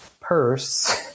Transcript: purse